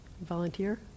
Volunteer